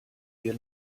wir